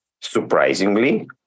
surprisingly